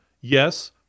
Yes